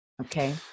Okay